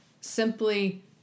simply